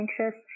anxious